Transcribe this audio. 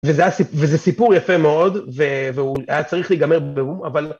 וזה סיפור יפה מאוד והוא היה צריך להיגמר, אבל...